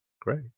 great